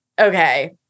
okay